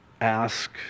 ask